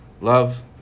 love